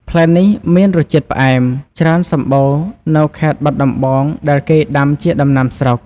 ផ្លែនេះ ខ្លះមានរសជាតិផ្អែម ច្រើនសម្បូរនៅខេត្តបាត់ដំបងដែលគេដាំជាដំណាំស្រុក។